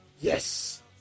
Yes